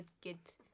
get